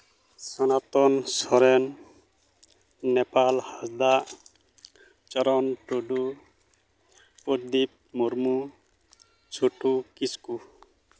Sanatan Soren Nepal Hansda Charan Tudu Pradip Murmu Chhutu Kisku